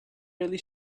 really